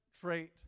trait